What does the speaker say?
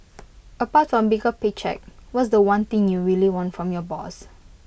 apart from A bigger pay cheque what's The One thing you really want from your boss